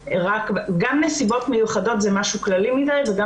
גם נסיבות מיוחדות זה משהו כללי מדי וגם